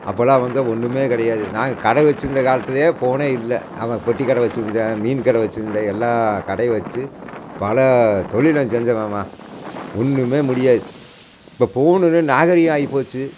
அப்போது எல்லாம் வந்தால் ஒன்றுமே கிடையாது நாங்கள் கடை வச்சுருந்த காலத்தில் ஃபோனே இல்லை ஆமாம் பெட்டி கடை வச்சு இருந்தேன் மீன் கடை வச்சு இருந்தேன் எல்லா கடையும் வச்சு பல தொழிலும் செஞ்சவன்மா ஒன்றுமே முடியாது இப்போ ஃபோனு நாகரிகம் ஆகி போச்சு